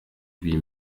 huit